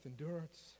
endurance